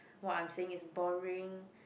what I'm saying is boring